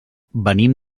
venim